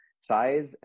size